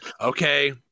Okay